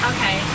Okay